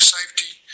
Safety